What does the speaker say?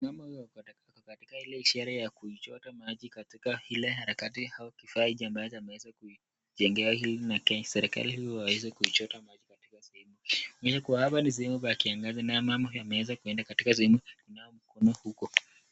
Mama huyu ako katika ile ishara ya kuichota maji katika ile harakati au kifaa hiki ambacho ameweza kuijengea hili na serikali hii aweze kuichota maji. Katika sehemu hii kwa hapa ni sehemu pa kiangazi naye mama ameenda katika sehemu kunawa mkono huko.